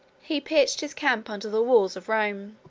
he pitched his camp under the walls of rome.